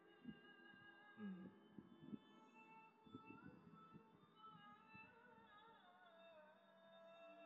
mm